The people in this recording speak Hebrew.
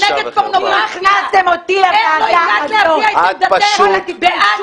איך לא הגעת להביע את דעתך נגד פורנוגרפיה?